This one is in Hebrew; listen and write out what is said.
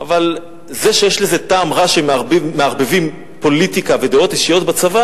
אבל זה שיש לזה טעם רע שמערבבים פוליטיקה ודעות אישיות בצבא,